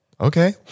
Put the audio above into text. Okay